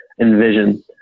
envision